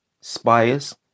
spires